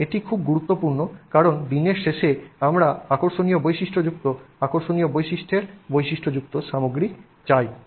এবং এটি খুব গুরুত্বপূর্ণ কারণ দিনের শেষে আমরা আকর্ষণীয় বৈশিষ্ট্যযুক্ত আকর্ষণীয় বৈশিষ্ট্যের বৈশিষ্ট্যযুক্ত সামগ্রী চাই